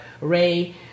Ray